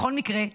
בכל מקרה,